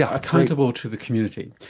ah accountable to the community.